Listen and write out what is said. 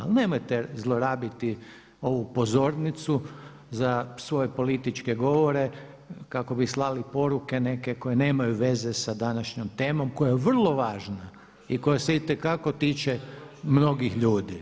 Ali nemojte zlorabiti ovu pozornicu za svoje političke govore kako bi slali poruke neke koje nemaju veze sa današnjom temom koja je vrlo važna i koja se itekako tiče mnogih ljudi.